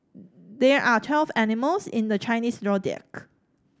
there are twelve animals in the Chinese Zodiac